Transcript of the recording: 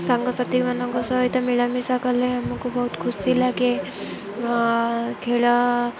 ସାଙ୍ଗସାଥିମାନଙ୍କ ସହିତ ମିଳାମିଶା କଲେ ଆମକୁ ବହୁତ ଖୁସି ଲାଗେ ଖେଳ